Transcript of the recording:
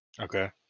Okay